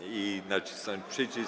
i nacisnąć przycisk.